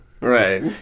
Right